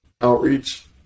Outreach